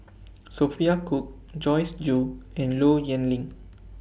Sophia Cooke Joyce Jue and Low Yen Ling